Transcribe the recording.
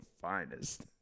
finest